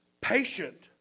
patient